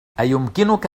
أيمكنك